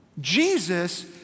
Jesus